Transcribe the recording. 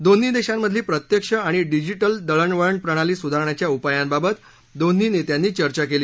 दोन्ही देशांमधली प्रत्यक्ष आणि डिजिटल दळणवळण प्रणाली स्धारण्याच्या उपायांबाबत दोन्ही नेत्यांनी चर्चा केली